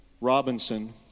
Robinson